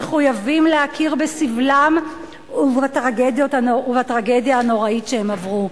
מחויבים להכיר בסבלם ובטרגדיה הנוראית שהם עברו.